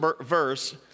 verse